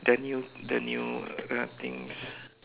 their new the new uh things